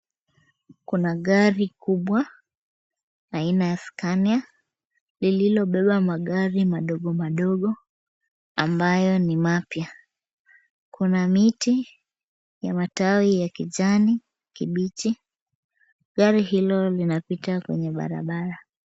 Kuna gari kubwa aina ya Scania, lililobeba magari madogomadogo, ambayo ni mapya. Kuna miti ya matawi ya kijani kibichi. Gari hilo linapita kwenye barabara.